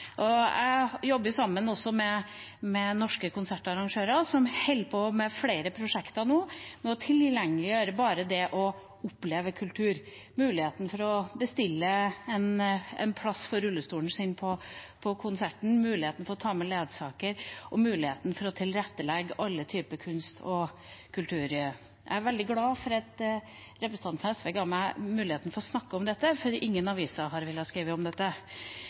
andre. Jeg jobber sammen med noen norske konsertarrangører som holder på med flere prosjekter for å tilgjengeliggjøre det å oppleve kultur, muligheten til å bestille en plass for rullestolen sin på konsert, til å ta med ledsager og til å tilrettelegge alle typer kunst og kultur. Jeg er veldig glad for at representanten fra SV ga meg muligheten til å snakke om dette, for ingen aviser har villet skrive om det. Men dette